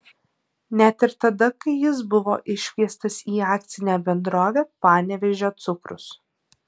net ir tada kai jis buvo iškviestas į akcinę bendrovę panevėžio cukrus